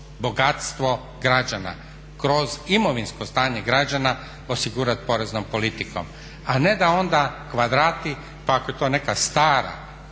bogatstvo građana, kroz imovinsko stanje građana osigurati poreznom politikom. A ne da onda kvadrati pa ako je to neka stara